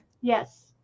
Yes